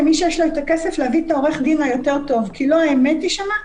למי שיש לו את הכסף להביא את עורך הדין הטוב יותר כי לא האמת תישמע,